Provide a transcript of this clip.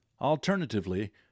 Alternatively